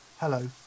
hello